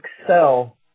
excel